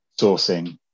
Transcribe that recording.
sourcing